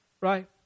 right